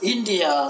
India